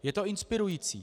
Je to inspirující.